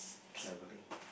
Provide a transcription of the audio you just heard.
travelling